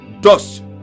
dust